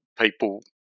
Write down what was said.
people